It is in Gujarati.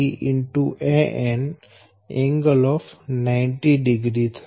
3Van ∠ 900 થશે